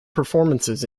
performances